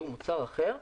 הוא מוצר אחר,